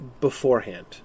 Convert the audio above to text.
beforehand